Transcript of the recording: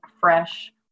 fresh